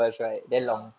ya